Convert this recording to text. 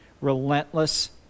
relentless